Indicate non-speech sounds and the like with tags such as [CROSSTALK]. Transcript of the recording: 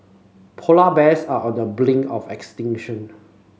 polar bears are on the [UNINTELLIGIBLE] of extinction